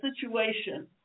situation